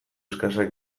eskasak